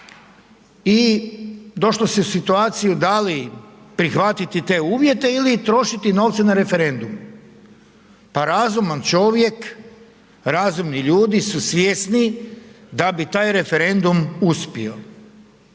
i došlo se u situaciju da li prihvatiti te uvjete ili trošiti novce na referendum. Pa razuman čovjek, razumni ljudi su svjesni da bi taj referendum uspio.